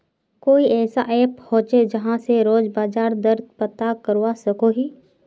कोई ऐसा ऐप होचे जहा से रोज बाजार दर पता करवा सकोहो ही?